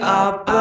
up